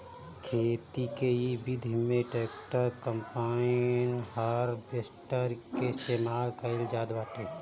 खेती के इ विधि में ट्रैक्टर, कम्पाईन, हारवेस्टर के इस्तेमाल कईल जात बाटे